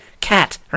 cat